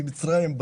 ממצרים,